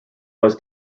was